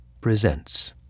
presents